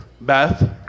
Beth